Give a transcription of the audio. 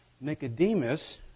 Nicodemus